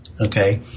Okay